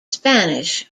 spanish